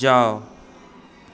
जाउ